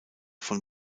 von